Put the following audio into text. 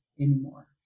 anymore